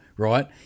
Right